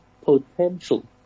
potential